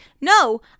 No